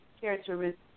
characteristics